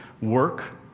work